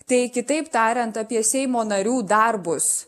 tai kitaip tariant apie seimo narių darbus